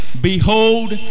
behold